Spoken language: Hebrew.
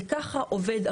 זה כך עובד,